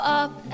up